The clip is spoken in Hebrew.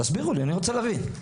תסבירו לי, אני רוצה להבין.